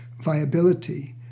viability